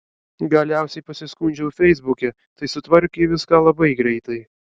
galiausiai pasiskundžiau feisbuke tai sutvarkė viską labai greitai